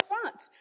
front